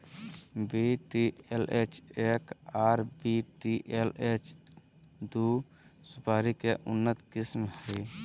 VTLH एक आर VTLH दू सुपारी के उन्नत किस्म हय